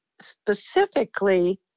specifically